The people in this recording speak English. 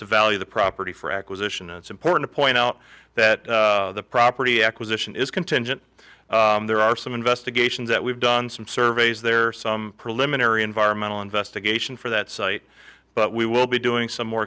to value the property for acquisition it's important to point out that the property acquisition is contingent there are some investigations that we've done some surveys there are some preliminary environmental investigation for that site but we will be doing some more